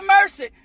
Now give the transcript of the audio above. mercy